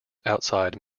outside